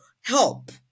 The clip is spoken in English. help